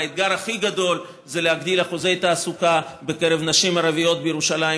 והאתגר הכי גדול זה להגדיל אחוזי תעסוקה בקרב נשים ערביות בירושלים,